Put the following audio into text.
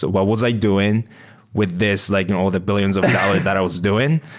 so what was i doing with this, like all the billions of dollars that i was doing?